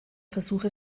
versuche